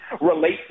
relate